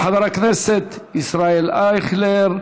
של חבר הכנסת ישראל אייכלר.